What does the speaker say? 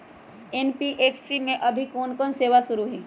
NBFC में अभी कोन कोन सेवा शुरु हई?